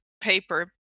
paper